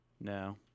No